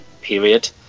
period